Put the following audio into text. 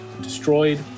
destroyed